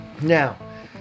Now